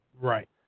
right